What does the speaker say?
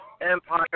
Empire